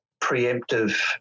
preemptive